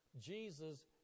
Jesus